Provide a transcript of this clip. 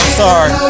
sorry